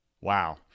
wow